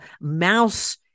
mouse